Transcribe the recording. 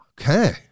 Okay